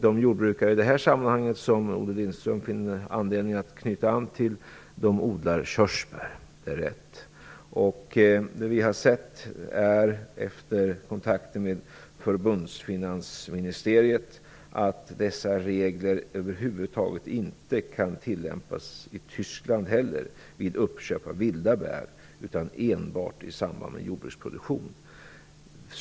De jordbrukare som Olle Lindström i det här sammanhanget finner anledning att knyta an till odlar körsbär. Vi har genom kontakter med förbundsfinansministeriet fått klart för oss att dessa regler över huvud taget inte kan tillämpas i Tyskland i fråga om uppköp av vilda bär utan enbart i samband med jordbruksproduktion.